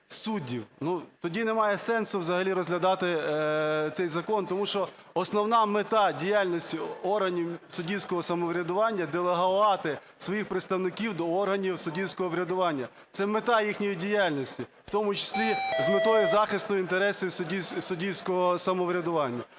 Тоді немає сенсу взагалі розглядати цей закон, тому що основна мета діяльності органів суддівського самоврядування – делегувати своїх представників до органів суддівського врядування. Це мета їхньої діяльності, в тому числі з метою захисту інтересів суддівського самоврядування.